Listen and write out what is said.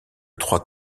trois